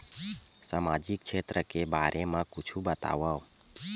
सामजिक क्षेत्र के बारे मा कुछु बतावव?